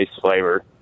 flavor